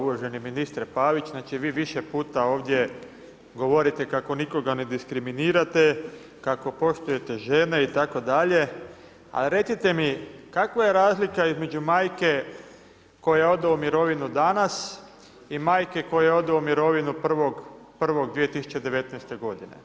Uvaženi ministre Pavić, znači vi više puta ovdje govorite kako nikoga ne diskriminirate, kako poštujete žene itd., a recite mi kakva je razlika između majke koja ode u mirovinu danas i majke koja ode u mirovinu 1.1.2019. godine?